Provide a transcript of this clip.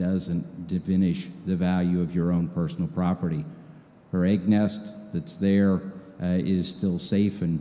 doesn't definitive the value of your own personal property or aig nest that's there is still safe and